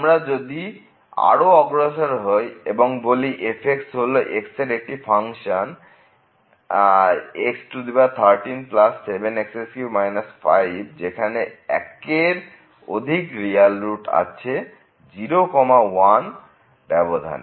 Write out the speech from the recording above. আমরা যদি আরও অগ্রসর হই এবং বলি যে f হল x এর একটি ফাংশন x137x3 5যেখানে একের অধিক রিয়েল রুট আছে 01 ব্যবধানে